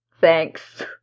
Thanks